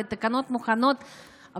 התקנות מוכנות,